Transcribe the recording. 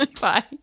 Bye